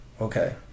Okay